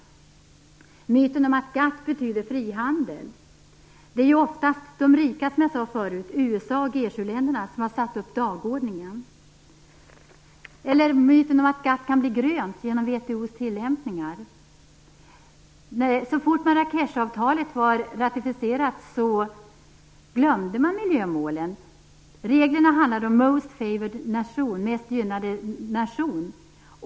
Det gäller myten om att GATT betyder frihandel. Som jag sade förut är det oftast de rika - USA och G 7-länderna i övrigt - som har satt upp dagordningen. Det gäller myten om att GATT kan bli "grönt" genom VHO:s tillämpningar. Så fort Marrakeshavtalet var ratificerat glömde man miljömålen. Reglerna handlade om most favoured nation, mest gynnad nation.